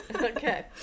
okay